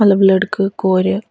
مطلب لٔڑکہٕ کورِ